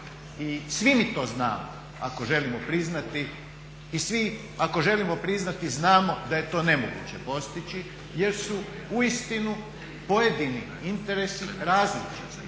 I svi mi to znamo, ako želimo priznati, i svi ako želimo priznati znamo da je to nemoguće postići jer su uistinu pojedini interesi …/Govornik